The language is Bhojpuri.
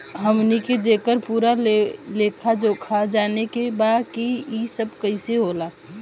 हमनी के जेकर पूरा लेखा जोखा जाने के बा की ई सब कैसे होला?